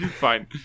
fine